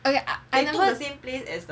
I I never